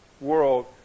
world